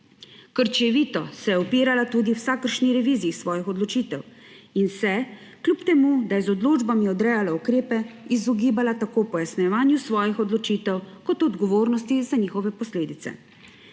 Krčevito se je upirala tudi vsakršni reviziji svojih odločitev in se, kljub temu da je z odločbami odrejala ukrepe, izogibala tako pojasnjevanju svojih odločitev kot odgovornosti za njihove posledice.